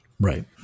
Right